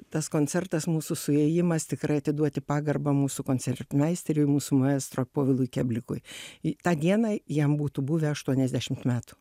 tas koncertas mūsų suėjimas tikrai atiduoti pagarbą mūsų koncertmeisteriui mūsų maestro povilui keblikui i tą dieną jam būtų buvę aštuoniasdešimt metų